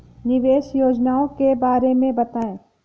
निवेश योजनाओं के बारे में बताएँ?